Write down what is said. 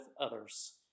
others